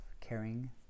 caring